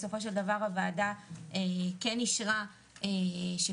בסופו של דבר הוועדה כן אישרה שכל